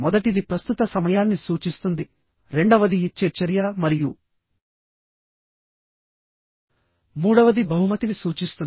మొదటిది ప్రస్తుత సమయాన్ని సూచిస్తుంది రెండవది ఇచ్చే చర్య మరియు మూడవది బహుమతిని సూచిస్తుంది